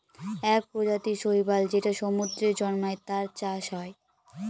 এক প্রজাতির শৈবাল যেটা সমুদ্রে জন্মায়, তার চাষ হয়